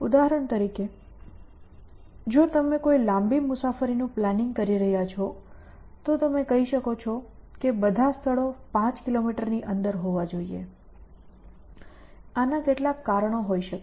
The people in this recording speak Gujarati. ઉદાહરણ તરીકે જો તમે કોઈ લાંબી મુસાફરીનું પ્લાનિંગ કરી રહ્યા છો તો તમે કહી શકો છો કે બધા સ્થળો 5 કિલોમીટરની અંદર હોવા જોઈએ એના કેટલાક કારણો હોઈ શકે